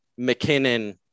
McKinnon